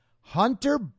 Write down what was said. Hunter